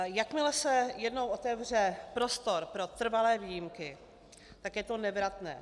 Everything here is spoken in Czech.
Jakmile se jednou otevře prostor pro trvalé výjimky, tak je to nevratné.